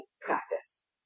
practice